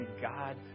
God